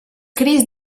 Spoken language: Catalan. crits